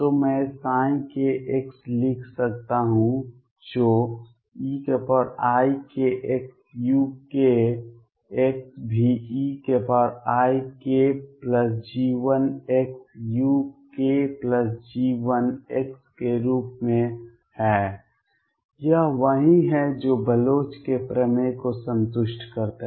तो मैं kx लिख सकता हूं जो eikxukx भी eikG1xukG1 के रूप में है यह वही है जो बलोच के प्रमेय को संतुष्ट करता है